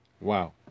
Wow